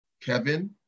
Kevin